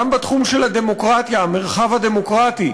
גם בתחום הדמוקרטיה, המרחב הדמוקרטי,